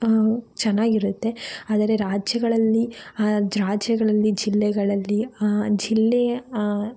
ಚೆನ್ನಾಗಿರತ್ತೆ ಆದರೆ ರಾಜ್ಯಗಳಲ್ಲಿ ಆ ರಾಜ್ಯಗಳಲ್ಲಿ ಜಿಲ್ಲೆಗಳಲ್ಲಿ ಜಿಲ್ಲೆಯ